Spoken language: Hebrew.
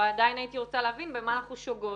אבל עדיין הייתי רוצה להבין במה אנחנו שוגות.